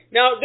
Now